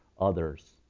others